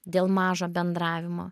dėl mažo bendravimo